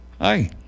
Hi